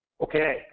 Okay